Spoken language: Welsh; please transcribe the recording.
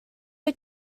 wyt